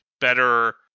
better